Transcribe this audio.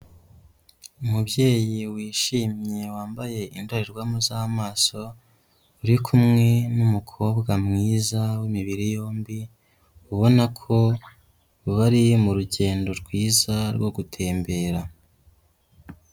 Umubyeyi wishimye wambaye indorerwamo z'amaso, uri kumwe n'umukobwa mwiza w'imibiri yombi, ubona ko bari mu rugendo rwiza rwo gutembera.